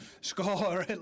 score